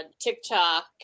TikTok